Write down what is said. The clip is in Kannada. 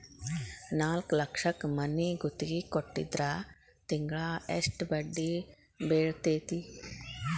ನಾಲ್ಕ್ ಲಕ್ಷಕ್ ಮನಿ ಗುತ್ತಿಗಿ ಕೊಟ್ಟಿದ್ರ ತಿಂಗ್ಳಾ ಯೆಸ್ಟ್ ಬಡ್ದಿ ಬೇಳ್ತೆತಿ?